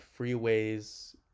freeways